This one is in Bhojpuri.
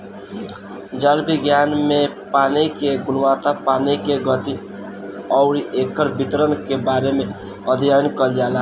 जल विज्ञान में पानी के गुणवत्ता पानी के गति अउरी एकर वितरण के बारे में अध्ययन कईल जाला